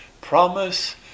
promise